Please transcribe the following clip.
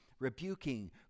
rebuking